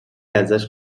ازش